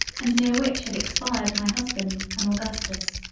and near which had expired my husband and augustus.